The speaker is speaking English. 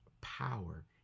power